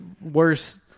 worse